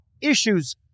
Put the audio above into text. issues